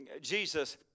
Jesus